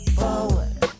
forward